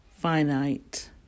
finite